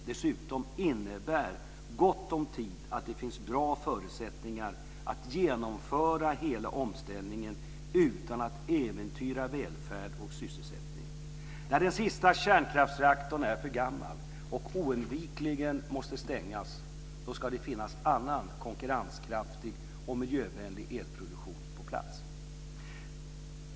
Dessutom innebär gott om tid att det finns bra förutsättningar att genomföra hela omställningen utan att äventyra välfärd och sysselsättning. När den sista kärnkraftsreaktorn är för gammal och oundvikligen måste stängas ska det finnas annan konkurrenskraftig och miljövänlig elproduktion på plats.